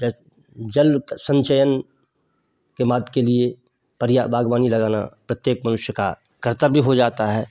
जल संचयन के माद के लिए पर्या बागवानी लगाना प्रत्येक मनुष्य का कर्तव्य हो जाता है